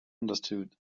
understood